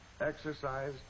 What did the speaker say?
exercise